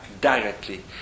directly